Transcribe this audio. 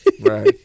Right